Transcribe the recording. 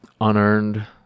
unearned